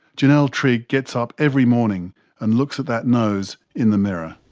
janelle trigg gets up every morning and looks at that nose in the mirror.